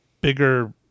bigger